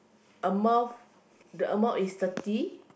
amount the amount is thirty